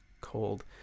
cold